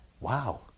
wow